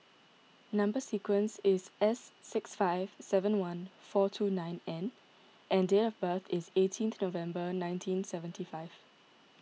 Number Sequence is S six five seven one four two nine N and date of birth is eighteenth November nineteen seventy five